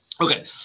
Okay